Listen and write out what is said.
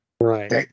Right